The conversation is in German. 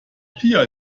pia